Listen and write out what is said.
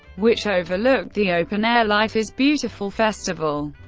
which overlooked the open-air life is beautiful festival.